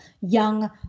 young